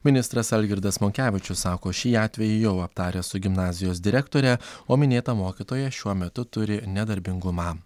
ministras algirdas monkevičius sako šį atvejį jau aptaręs su gimnazijos direktore o minėta mokytoja šiuo metu turi nedarbingumą